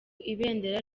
ibendera